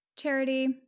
Charity